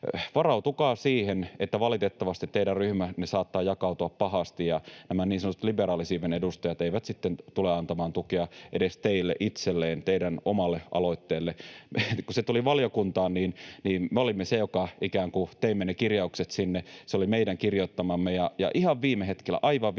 varautukaa siihen, että valitettavasti teidän ryhmänne saattaa jakautua pahasti ja nämä niin sanotut liberaalisiiven edustajat eivät sitten tule antamaan tukea edes teille itsellenne, teidän omalle aloitteelle. Kun se tuli valiokuntaan, niin me olimme ne, jotka teimme ne kirjaukset sinne, se oli meidän kirjoittamamme, ja ihan viime hetkellä, aivan viime hetkellä,